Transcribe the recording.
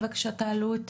סל שירות בריאות לעובד.